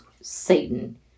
Satan